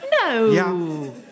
No